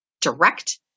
direct